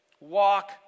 Walk